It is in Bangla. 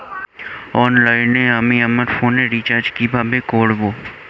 অনলাইনে আমি আমার ফোনে রিচার্জ কিভাবে করব?